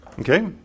Okay